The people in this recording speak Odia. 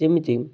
ଯେମିତି